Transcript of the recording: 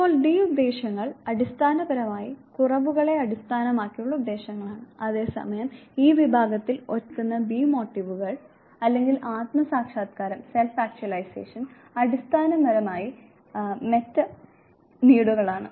ഇപ്പോൾ ഡി ഉദ്ദേശ്യങ്ങൾ അടിസ്ഥാനപരമായി കുറവുകളെ അടിസ്ഥാനമാക്കിയുള്ള ഉദ്ദേശ്യങ്ങളാണ് അതേസമയം ഈ വിഭാഗത്തിൽ ഒറ്റയ്ക്ക് നിൽക്കുന്ന ബി മോട്ടീവുകൾ അല്ലെങ്കിൽ ആത്മ സാക്ഷാത്കാരം അടിസ്ഥാനപരമായി മെറ്റാ നീഡുകളാണ്